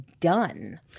done